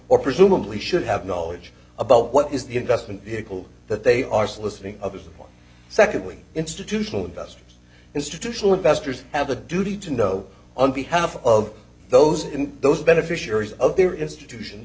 or presumably should have knowledge about what is the investment vehicle that they are soliciting of support secondly institutional investors institutional investors have a duty to know on behalf of those those beneficiaries of their institutions